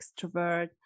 extrovert